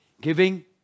Giving